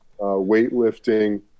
Weightlifting